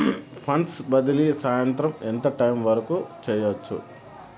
funds బదిలీ సాయంత్రం ఎంత టైము వరకు చేయొచ్చు